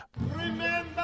Remember